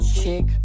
chick